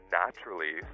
naturally